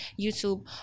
YouTube